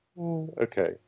Okay